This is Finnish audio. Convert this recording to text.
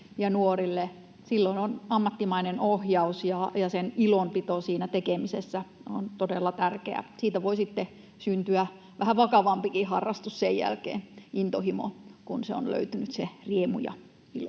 nuorille. Silloin ammattimainen ohjaus ja ilonpito siinä tekemisessä on todella tärkeää. Siitä voi sitten syntyä vähän vakavampikin harrastus sen jälkeen, intohimo, kun on löytynyt se riemu ja ilo.